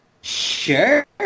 Sure